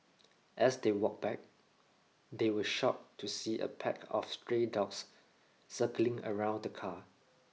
as they walked back they were shocked to see a pack of stray dogs circling around the car